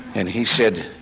and he said,